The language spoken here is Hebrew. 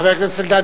חבר הכנסת אלדד,